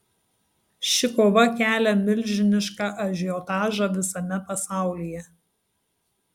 ši kova kelia milžinišką ažiotažą visame pasaulyje